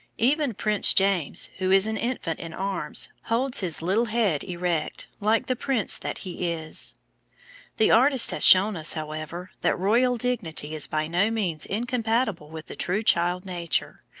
even prince james, who is an infant in arms, holds his little head erect, like the prince that he is the artist has shown us, however, that royal dignity is by no means incompatible with the true child nature,